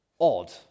odd